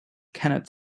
cannot